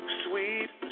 sweet